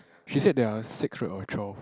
she said there're six right or twelve